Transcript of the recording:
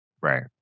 Right